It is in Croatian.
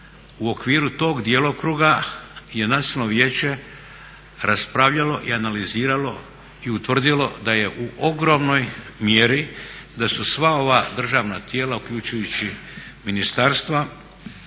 u okviru tog djelokruga je Nacionalno vijeće raspravljalo i analiziralo i utvrdilo da je u ogromnoj mjeri da su sva ova državna tijela uključujući i ministarstva,